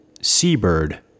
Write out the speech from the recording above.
Seabird